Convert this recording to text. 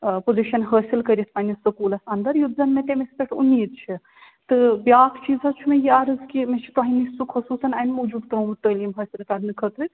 آ پوزِشَن حٲصِل کٔرِتھ پنٕنِس سکوٗلَس اَنٛدر یُتھ زَن مےٚ تٔمِس پٮ۪ٹھ اُمیٖد چھِ تہٕ بیٛاکھ چیٖز حظ چھُ مےٚ یہِ عرض کہِ مےٚ چھُ تۄہہِ نِش سُہ خصوٗصَن امہِ موٗجوٗب ترٛوومُت تعلیٖم حٲصِل کَرنہٕ خٲطرٕ